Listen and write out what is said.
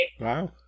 Wow